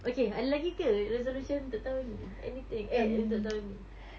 okay ada lagi ke resolution untuk tahun ni anything eh untuk tahun ni